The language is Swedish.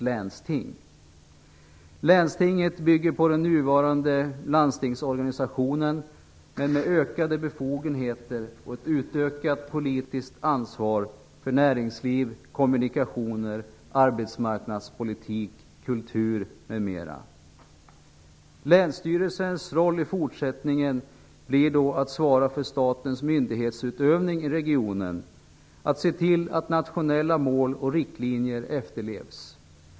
Länstinget bygger på den nuvarande landstingsorganisationen men har ökade befogenheter och utökat politiskt ansvar för näringsliv, kommunikationer, arbetsmarknadspolitik, kultur m.m. Länsstyrelsens roll blir i fortsättningen att svara för statens myndighetsutövning i regionen och att se till att nationella mål och riktlinjer efterlevs.